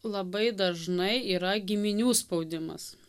labai dažnai yra giminių spaudimas